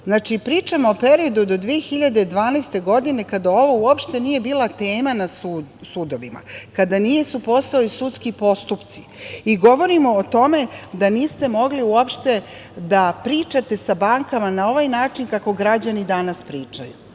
pričamo o periodu do 2012. godine, kada ovo uopšte nije bila tema na sudovima, kada nisu postojali sudski postupci, i govorimo o tome da niste uopšte mogli da pričate sa bankama na ovaj način kako građani danas pričaju.